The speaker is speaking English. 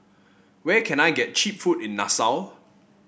where can I get cheap food in Nassau